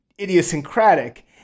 idiosyncratic